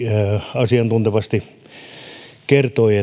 asiantuntevasti kertoi